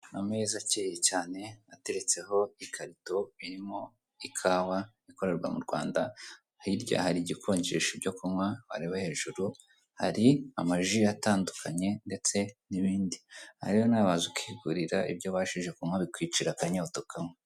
Hari ameza akeye cyane ateretseho ikarito irimo ikawa ikorewa mu Rwanda, hirya hari igikonjesha ibyo kunywa, wareba hejuru, hari amaji atandukanye ndetse n'ibindi. Aha rero nawe waza ugikurira, ibyo ubashije kunywa bikwicira akanyota ukanywa.